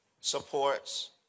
supports